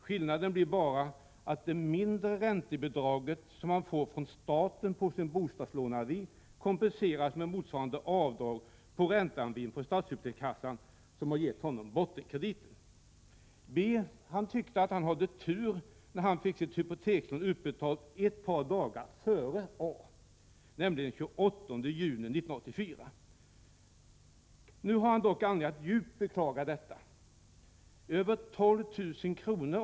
Skillnaden blir bara att det mindre räntebidrag han får från staten på sin bostadslåneavi kompenseras med motsvarande avdrag på ränteavin från stadshypotekskassan, som har gett honom bottenkrediten. B tyckte han hade tur när han fick sitt hypotekslån utbetalt ett par dagar tidigare än A, nämligen den 28 juni 1984. Nu har han dock anledning att djupt beklaga detta. Över 12 000 kr.